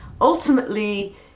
ultimately